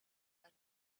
earth